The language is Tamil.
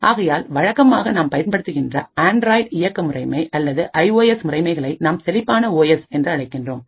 ஆகையால் வழக்கமாக நாம் பயன்படுத்துகின்ற ஆண்ட்ராய்டு இயக்க முறைமை அல்லது ஐ ஓ எஸ் முறைமைகளை நாம் செழிப்பான ஓ எஸ் என்று அழைக்கின்றோம்